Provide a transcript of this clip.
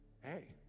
Hey